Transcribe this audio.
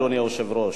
אדוני היושב-ראש.